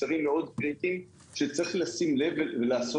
מוצרים מאוד קריטיים שצריך לשים לב ולבדוק